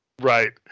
right